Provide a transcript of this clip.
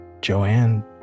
Joanne